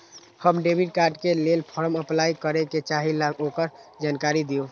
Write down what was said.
हम debit card के लेल फॉर्म अपलाई करे के चाहीं ल ओकर जानकारी दीउ?